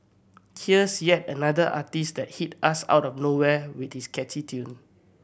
here's yet another artiste that hit us out of nowhere with this catchy tune